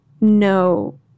no